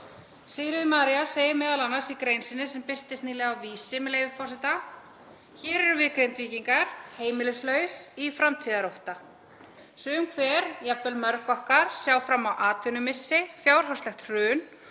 Sigríður María segir m.a. í grein sinni, sem birtist nýlega á vísi.is, með leyfi forseta: „Hér erum við Grindvíkingar, heimilislaus, í framtíðarótta. Sum hver, jafnvel mörg okkar, sjá fram á atvinnumissi, fjárhagslegt hrun